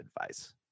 advice